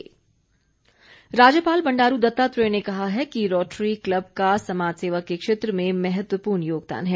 राज्यपाल राज्यपाल बंडारू दत्तात्रेय ने कहा है कि रोटरी क्लब का समाज सेवा के क्षेत्र में महत्वपूर्ण योगदान है